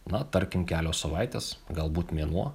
na tarkim kelios savaitės galbūt mėnuo